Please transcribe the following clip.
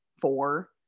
four